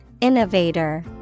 Innovator